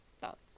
thoughts